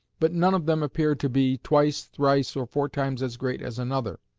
but none of them appeared to be twice, thrice, or four times as great as another,